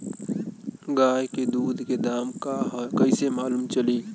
गाय के दूध के दाम का ह कइसे मालूम चली?